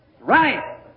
Right